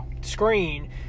screen